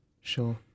sure